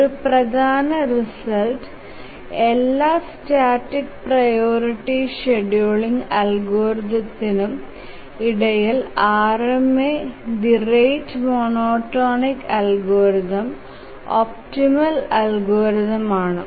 ഒരു പ്രധാന റിസൾട്ട് എല്ലാ സ്റ്റാറ്റിക് പ്രിയോറിറ്റി ഷെഡ്യൂളിംഗ് അൽഗോരിതംസിനും ഇടയിൽ RMA the rate monotonic algorithm optimal algorithm ആണ്